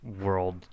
world